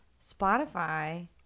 Spotify